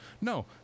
No